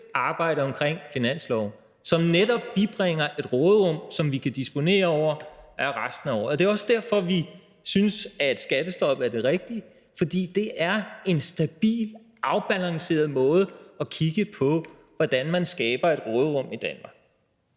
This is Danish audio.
arbejde omkring finansloven, som netop bibringer et råderum, som vi kan disponere over resten af året. Det er også derfor, vi synes, at skattestoppet er det rigtige, for det er en stabil, afbalanceret måde at kigge på, hvordan man skaber et råderum i Danmark.